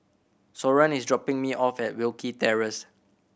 Soren is dropping me off at Wilkie Terrace